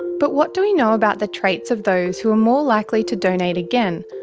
but what do we know about the traits of those who are more likely to donate again,